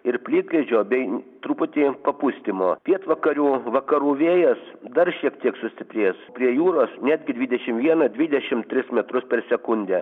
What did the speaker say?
ir plikledžio bei truputį papustymo pietvakarių vakarų vėjas dar šiek tiek sustiprės prie jūros netgi dvidešim vieną dvidešim tris metrus per sekundę